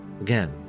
again